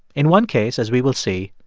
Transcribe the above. in one case, as we will see,